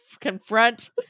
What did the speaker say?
confront